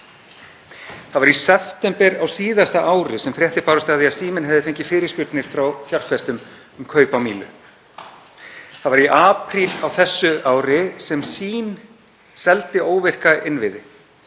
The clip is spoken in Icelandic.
Það var í september á síðasta ári sem fréttir bárust af því að Síminn hefði fengið fyrirspurnir frá fjárfestum um kaup á Mílu. Það var í apríl á þessu ári sem Sýn seldi óvirka innviði.